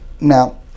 now